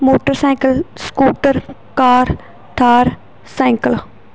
motorcycle scooter car Thar cycle